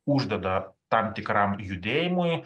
uždeda tam tikram judėjimui